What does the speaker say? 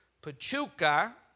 Pachuca